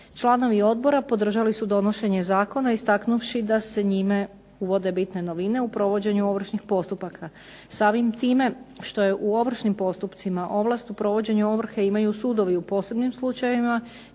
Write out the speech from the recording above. Članovi odbori podržali su donošenje zakona istaknuvši da se njime uvode bitne novine u provođenju ovršnih postupaka. Samim time što je u ovršnim postupcima ovlast u provođenju ovrhe imaju sudovi u posebnim slučajevima,